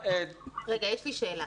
יש לי שאלה.